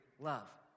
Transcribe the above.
love